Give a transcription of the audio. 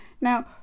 Now